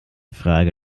frage